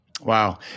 Wow